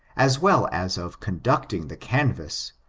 as well as of conducting the canvass,